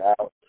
out